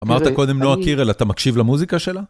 אמרת קודם נועה קירל, אתה מקשיב למוזיקה שלה?